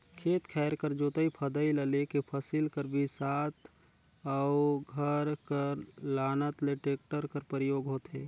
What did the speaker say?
खेत खाएर कर जोतई फदई ल लेके फसिल कर मिसात अउ घर कर लानत ले टेक्टर कर परियोग होथे